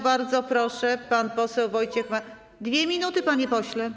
Bardzo proszę, pan poseł Wojciech... 2 minuty, panie pośle.